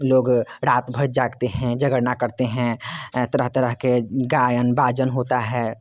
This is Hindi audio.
लोग रात भर जागते हैं जागरण करते हैं तरह तरह के गायन बाजन होता है